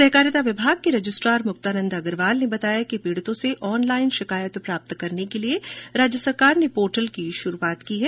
सहकारिता विभाग के रजिस्ट्रार मुक्तानन्द अग्रवाल ने बताया कि पीडितों से ऑन लाईन शिकायत प्राप्त करने के लिये राज्य सहकार पोर्टल की शुरूआत की गयी है